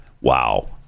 Wow